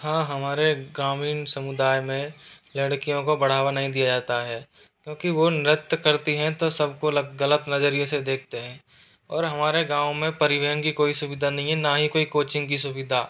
हाँ हमारे ग्रामीण समुदाय में लड़कियों को बढ़ावा नहीं दिया जाता है क्योंकि वह नृत्य करती हैं तो सबको लग गलत नजरिए से देखते हैं और हमारे गाँव में परिवहन की कोई सुविधा नहीं है न ही कोई कोचिंग की सुविधा